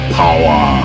power